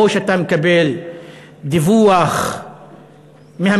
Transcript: או שאתה מקבל דיווח מהמשטרה,